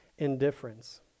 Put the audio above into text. indifference